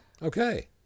Okay